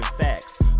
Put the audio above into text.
facts